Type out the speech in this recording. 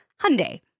Hyundai